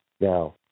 Now